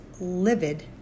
livid